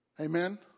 Amen